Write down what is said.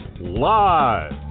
live